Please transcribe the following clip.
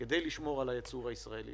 לשמור על הייצור הישראלי